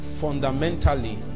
fundamentally